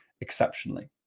exceptionally